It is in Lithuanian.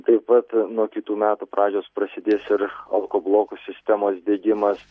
taip pat nuo kitų metų pradžios prasidės ir alko blokų sistemos diegimas